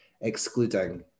excluding